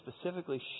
specifically